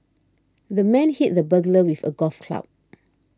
the man hit the burglar with a golf club